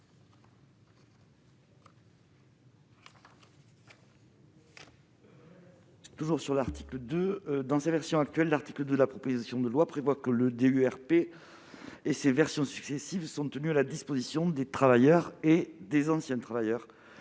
Poumirol. Dans sa version actuelle, l'article 2 de la proposition de loi prévoit que le DUERP et ses versions successives sont tenus à la disposition des travailleurs et des anciens travailleurs.